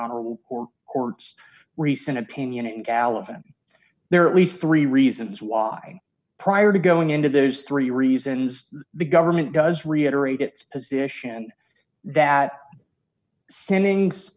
honorable court's recent opinion in gallivan there are at least three reasons why prior to going into those three reasons the government does reiterate its position that sendings